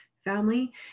family